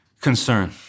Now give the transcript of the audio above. concern